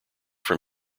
from